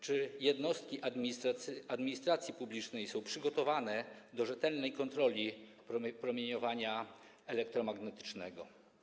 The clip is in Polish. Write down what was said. Czy jednostki administracji publicznej są przygotowane do rzetelnej kontroli promieniowania elektromagnetycznego?